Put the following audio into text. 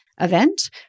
event